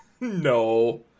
No